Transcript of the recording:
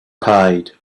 paid